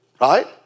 right